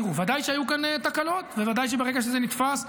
תראו: ודאי שהיו כאן תקלות וודאי שברגע שזה נתפס,